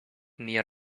near